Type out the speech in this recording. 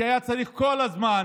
כי היה צריך כל הזמן,